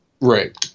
Right